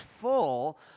full